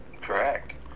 Correct